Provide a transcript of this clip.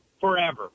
forever